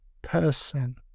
Person